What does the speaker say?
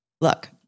look